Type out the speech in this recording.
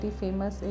famous